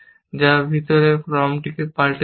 যা ভিতরে ক্রমটিকে উল্টে দিয়েছে